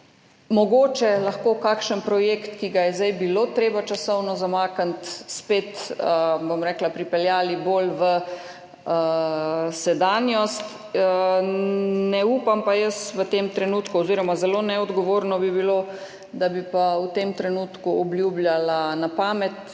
mogoče lahko kakšen projekt, ki ga je bilo zdaj treba časovno zamakniti, spet, bom rekla, pripeljali bolj v sedanjost. Ne upam pa v tem trenutku oziroma zelo neodgovorno bi bilo, da bi pa v tem trenutku obljubljala na pamet,